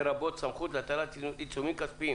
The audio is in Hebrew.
לרבות סמכות להטלת עיצומים כספיים.